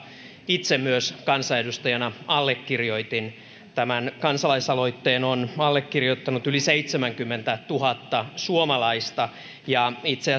itse myös kansanedustajana allekirjoitin tämän kansalaisaloitteen on allekirjoittanut yli seitsemänkymmentätuhatta suomalaista ja itse